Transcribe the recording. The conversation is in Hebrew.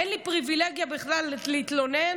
אין לי פריבילגיה בכלל להתלונן,